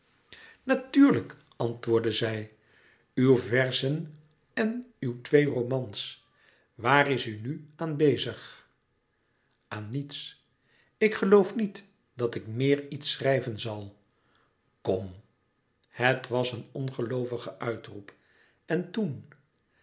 natuurlijk antwoordde zij uw verzen en uw twee romans waar is u nu aan bezig aan niets ik geloof niet dat ik meer iets schrijven zal kom het was een ongeloovige uitroep en toen